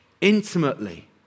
intimately